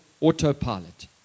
autopilot